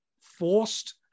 forced